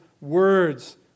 words